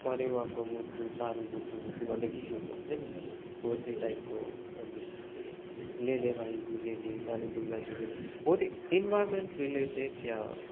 परेवाको मुटु पारौँ भुटु भुटु भन्ने किसिमको हुन्छ नि हो त्यो टाइपको अनि ले ले भाइ गुलेली मारिदिउँला जुरेली हो त्यो इन्भाइरोमेन्ट रिलेटेड वा